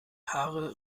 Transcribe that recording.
haare